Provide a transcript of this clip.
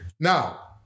Now